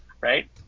right